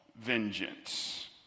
vengeance